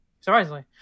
Surprisingly